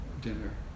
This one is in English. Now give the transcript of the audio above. dinner